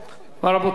רבותי,